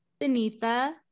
benita